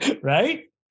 Right